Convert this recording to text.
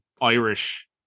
Irish